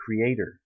Creator